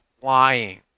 flying